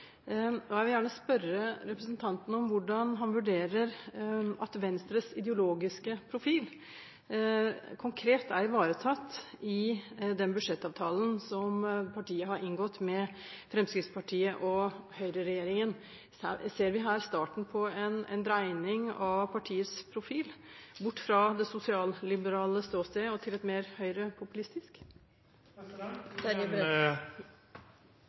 Folkeparti. Jeg vil gjerne spørre representanten om hvordan han vurderer at Venstres ideologiske profil konkret er ivaretatt i den budsjettavtalen som partiet har inngått med Høyre–Fremskrittsparti-regjeringen. Ser vi her starten på en dreining av partiets profil bort fra det sosialliberale ståstedet og til et mer